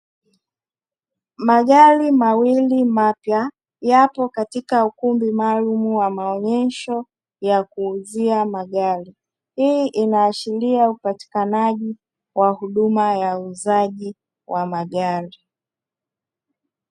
Magari mawili mapya yapo katika ukumbi maalumu wa maonyesho ya kuuzia magari, hii inaashiria upatikanaji wa huduma ya uuzaji wa magari.